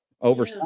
over